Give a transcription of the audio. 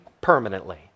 permanently